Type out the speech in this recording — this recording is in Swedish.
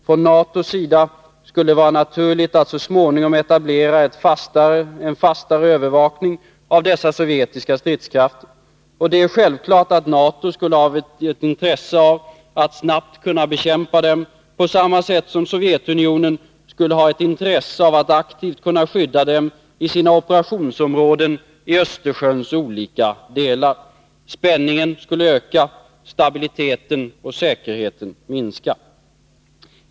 Från NATO:s sida skulle det vara naturligt att så småningom etablera en fastare övervakning av dessa sovjetiska stridskrafter, och det är självklart att NATO skulle ha ett intresse av att snabbt kunna bekämpa dem, på samma sätt som Sovjetunionen skulle ha ett intresse av att aktivt kunna skydda dem i sina operationsområden i Östersjöns olika delar. Spänningen skulle öka, stabiliteten och säkerheten minska.